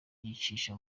yicisha